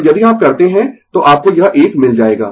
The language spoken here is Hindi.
तो यदि आप करते है तो आपको यह एक मिल जाएगा